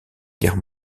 guerre